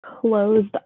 closed